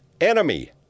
Enemy